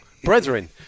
Brethren